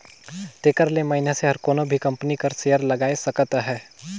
तेकर ले मइनसे हर कोनो भी कंपनी कर सेयर लगाए सकत अहे